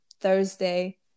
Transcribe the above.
Thursday